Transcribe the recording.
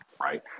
Right